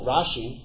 Rashi